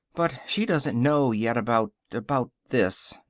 but she doesn't know yet about about this.